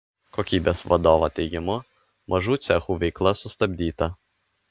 kokybės vadovo teigimu mažų cechų veikla sustabdyta